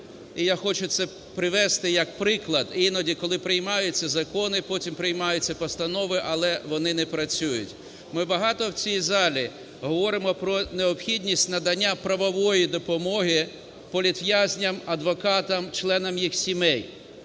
і я хочу це привести як приклад, іноді, коли приймаються закони, потім приймаються постанови, але вони не працюють. Ми багато в цій залі говоримо про необхідність надання правової допомоги політв'язням, адвокатам, членам їх сімей.